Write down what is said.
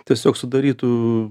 tiesiog sudarytų